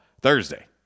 Thursday